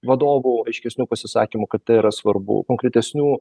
vadovų aiškesnių pasisakymų kad tai yra svarbu konkretesnių